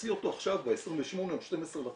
להוציא אותו עכשיו ב-28 או 12 לחודש,